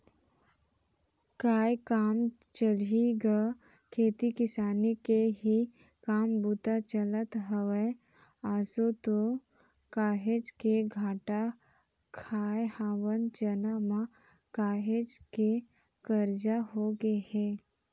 काय काम चलही गा खेती किसानी के ही काम बूता चलत हवय, आसो तो काहेच के घाटा खाय हवन चना म, काहेच के करजा होगे हे